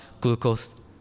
glucose